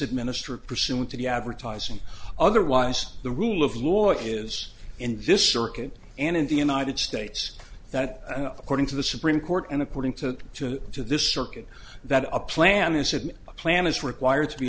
administered pursuant to the advertising otherwise the rule of law is in vis circuit and in the united states that according to the supreme court and according to to to this circuit that a plan is a plan is required to be